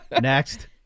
Next